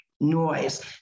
noise